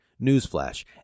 newsflash